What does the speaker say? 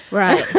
right.